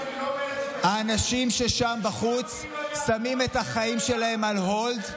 האנשים ששם בחוץ שמים את החיים שלהם על hold.